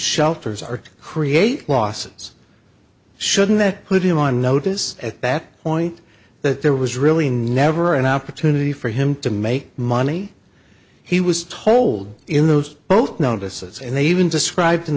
shelters are to create losses shouldn't that put him on notice at that point that there was really never an opportunity for him to make money he was told in those both notices and they even described in